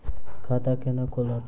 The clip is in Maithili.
खाता केना खुलत?